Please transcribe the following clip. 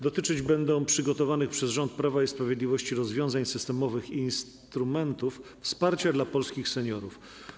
Dotyczyć będą przygotowanych przez rząd Prawa i Sprawiedliwości rozwiązań systemowych i instrumentów wsparcia dla polskich seniorów.